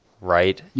right